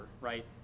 right